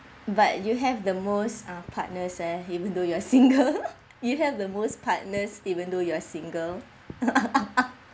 but you have the most uh partners !huh! even though you are single you have the most partners even though you are single